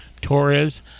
Torres